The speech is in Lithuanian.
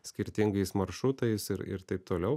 skirtingais maršrutais ir ir taip toliau